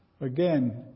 Again